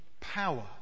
power